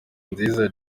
nziza